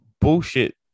Bullshit